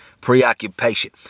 preoccupation